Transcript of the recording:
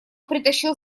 притащил